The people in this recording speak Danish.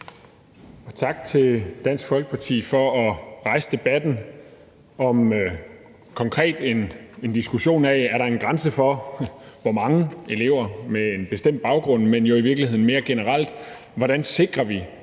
tak til Dansk Folkeparti for at rejse debatten om en konkret diskussion af, om der er en grænse for antallet af elever med en bestemt baggrund, men i virkeligheden mere generelt, hvordan vi sikrer,